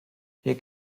hier